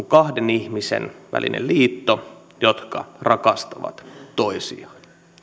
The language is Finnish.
kahden ihmisen välinen liitto jotka rakastavat toisiaan